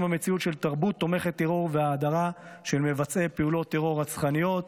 מציאות של תרבות תומכת טרור והאדרה של מבצעי פעולות טרור רצחניות.